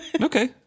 Okay